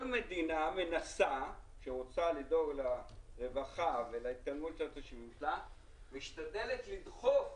כל מדינה שרוצה לדאוג לרווחה משתדלת לדחוף